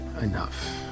enough